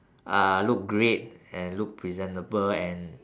uh look great and look presentable and